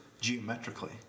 geometrically